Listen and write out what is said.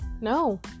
No